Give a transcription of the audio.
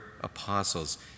apostles